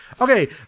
Okay